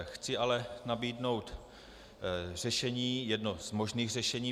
Chci ale nabídnout řešení, jedno z možných řešení.